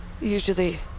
Usually